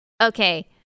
Okay